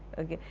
ok.